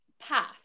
path